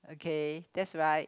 okay that's right